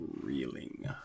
Reeling